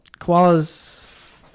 koalas